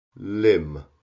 limb